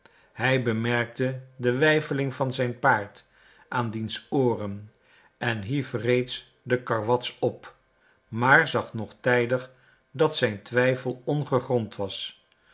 hij bemerkte de weifeling van zijn paard aan diens ooren en hief reeds de karwats op maar zag nog tijdig dat zijn twijfel ongegrond was